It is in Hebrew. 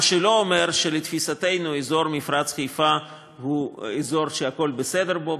מה שלא אומר שלתפיסתנו אזור מפרץ חיפה הוא אזור שהכול בסדר בו,